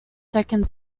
second